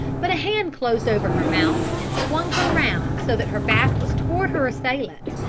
but a hand closed over her mouth, and swung her round so that her back was toward her assailant,